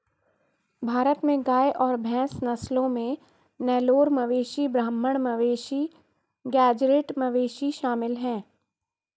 भारत में गाय और भैंस नस्लों में नेलोर मवेशी ब्राह्मण मवेशी गेज़रैट मवेशी शामिल है